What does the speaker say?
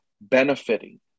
benefiting